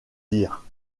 dire